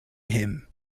him